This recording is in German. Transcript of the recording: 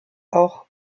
auch